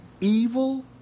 evil